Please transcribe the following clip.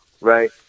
right